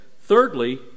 Thirdly